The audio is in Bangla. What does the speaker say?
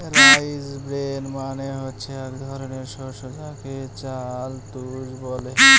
রাইস ব্রেন মানে হচ্ছে এক ধরনের শস্য যাকে চাল তুষ বলে